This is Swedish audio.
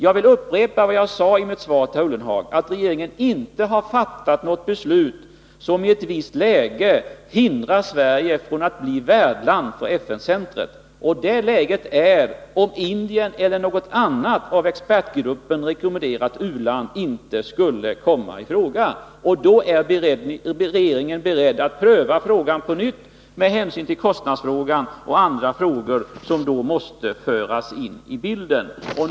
Jag vill upprepa vad jag sade i mitt svar till herr Ullenhag, att regeringen inte har fattat något beslut som i ett visst läge hindrar Sverige från att bli värdland för FN-centret. Det är läget om Indien eller något annat av expertgruppen rekommenderat u-land inte skulle komma i fråga. Då är regeringen beredd att pröva denna fråga på nytt, med hänsyn till de kostnader och de andra aspekter som då måste föras in i bilden.